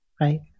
right